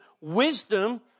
Wisdom